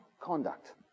conduct